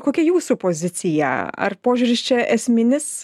kokia jūsų pozicija ar požiūris čia esminis